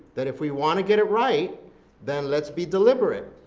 that if we want to get it right then let's be deliberate.